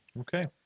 Okay